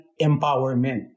empowerment